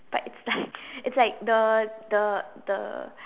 but it's like it's like the the the